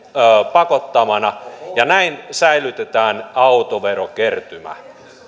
pakottamana ja näin säilytetään autoverokertymä